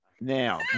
Now